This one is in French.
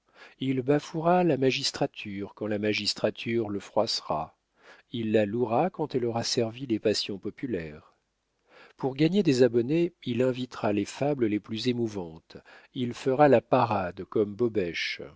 il bafouera la magistrature quand la magistrature le froissera il la louera quand elle aura servi les passions populaires pour gagner des abonnés il inventera les fables les plus émouvantes il fera la parade comme